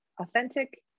authentic